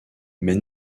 mais